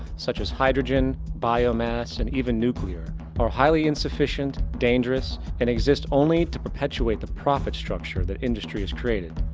such as hydrogen, biomass and even nuclear are highly insufficient, dangerous and exist only to perpetuate the profit-structure the industry has created.